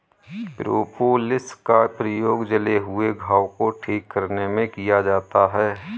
propolis का प्रयोग जले हुए घाव को ठीक करने में किया जाता है